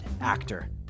actor